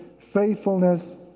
faithfulness